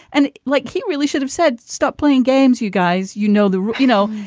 and like, he really should have said, stop playing games, you guys. you know, the you know,